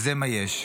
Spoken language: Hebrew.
וזה מה יש.